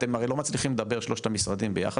אתם הרי לא מצליחים לדבר שלושת המשרדים ביחד,